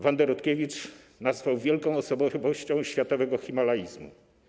Wandę Rutkiewicz nazwał wielką osobowością światowego himalaizmu.